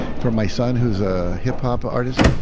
for my son who's a hip hop artist,